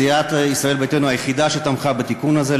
סיעת ישראל ביתנו היא היחידה שתמכה בתיקון הזה.